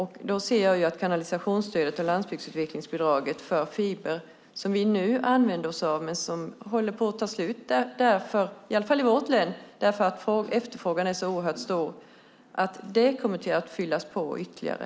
Jag ser gärna att kanalisationsstödet och landsbygdsutvecklingsbidraget för fiber, som vi nu använder oss av men som håller på att ta slut i varje fall i vårt län därför att efterfrågan är så oerhört stor, kommer att fyllas på ytterligare.